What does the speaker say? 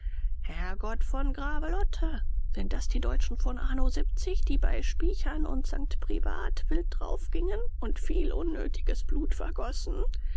herrgott von gravelotte sind das die deutschen von anno die bei spichern und st privat wild draufgingen und viel unnötiges blut vergossen